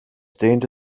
dehnte